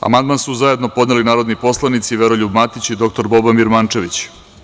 Amandman su zajedno podneli narodni poslanici Veroljub Matić i dr Boban Birmančević.